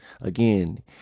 Again